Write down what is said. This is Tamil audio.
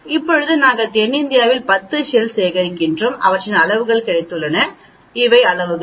இப்போது நாங்கள் தென்னிந்தியாவில் 10 ஷெல் சேகரித்தோம் அவற்றின் அளவுகள் கிடைத்தன இவை அளவுகள்